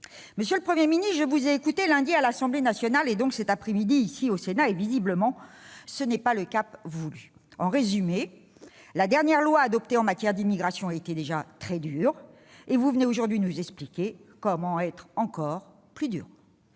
Monsieur le Premier ministre, je vous ai écouté lundi à l'Assemblée nationale et cette après-midi au Sénat : visiblement, ce n'est pas le cap voulu. En résumé, la dernière loi adoptée en matière d'immigration était déjà très dure, et vous venez aujourd'hui nous expliquer comment être encore plus dur.